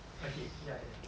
okay ya ya